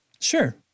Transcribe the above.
Sure